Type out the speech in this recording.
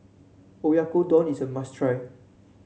Oyakodon is a must try